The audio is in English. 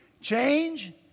change